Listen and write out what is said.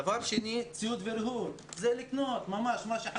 דבר שני, ציוד וריהוט זה לקנות את מה שחסר.